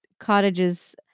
cottages